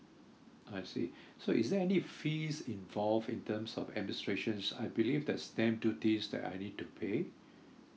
I see so is there any fees involved in terms of administration I believe there's stamp duty that I need to pay